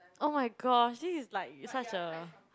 oh my gosh this is like it such a